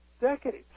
decades